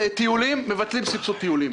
מבטלים סבסוד טיולים.